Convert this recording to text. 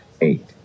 eight